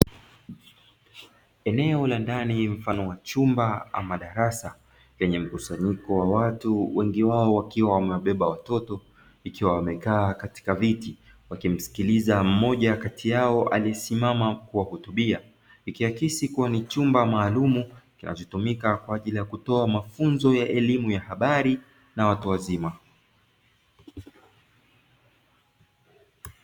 Eneo la ndani mfano wa chumba ama darasa, lenye mkusanyiko wa watu wengi wao wakiwa wamebeba watoto ikiwa wamekaa katika viti wakimsikiliza mmoja kati yao aliesimama kuwahutubia, ikiakisi kuwa ni chumba maalumu kinachotumika kwa ajili ya kutoa mafunzo ya elimu ya habari na watu wazima.